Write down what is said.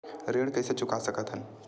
ऋण कइसे चुका सकत हन?